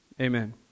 amen